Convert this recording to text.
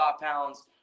pounds